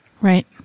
Right